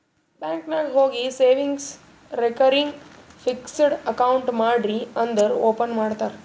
bank ನಾಗ್ ಹೋಗಿ savings, recurring, fixed account ಮಾಡ್ರಿ ಅಂದುರ್ ಓಪನ್ ಮಾಡ್ತಾರ್